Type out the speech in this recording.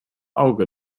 auge